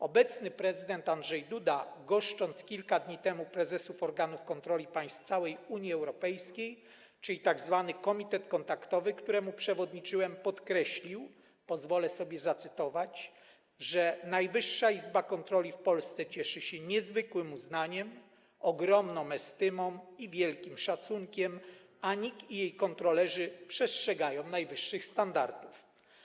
Obecny prezydent Andrzej Duda, goszcząc kilka dni temu prezesów organów kontroli państw całej Unii Europejskiej, czyli tzw. Komitet Kontaktowy, któremu przewodniczyłem, podkreślił, pozwolę sobie zacytować, że Najwyższa Izba Kontroli w Polsce cieszy się niezwykłym uznaniem, ogromną estymą i wielkim szacunkiem, a NIK i jej kontrolerzy przestrzegają najwyższych standardów.